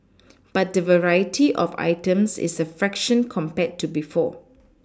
but the variety of items is a fraction compared to before